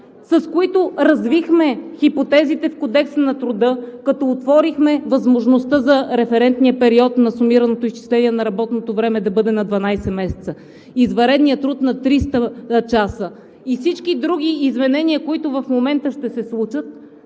с които развихме хипотезите в Кодекса на труда, като отворихме възможността за референтния период на сумираното изчисление на работното време да бъде на 12 месеца, а извънредният труд на 300 часа и всички други изменения, които в момента ще се случат,